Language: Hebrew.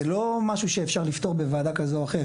זה לא משהו שאפשר לפתור בוועדה כזו או אחרת,